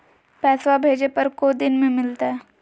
पैसवा भेजे पर को दिन मे मिलतय?